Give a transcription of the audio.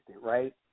right